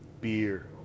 beer